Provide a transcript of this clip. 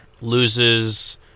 loses